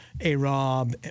A-Rob